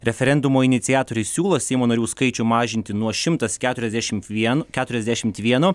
referendumo iniciatoriai siūlo seimo narių skaičių mažinti nuo šimtas keturiasdešimt vien keturiasdešimt vieno